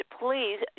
please